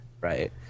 Right